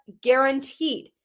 guaranteed